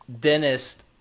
dentist